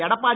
Edappadi